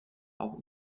auch